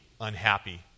unhappy